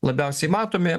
labiausiai matomi